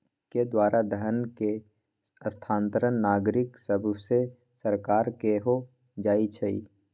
के द्वारा धन के स्थानांतरण नागरिक सभसे सरकार के हो जाइ छइ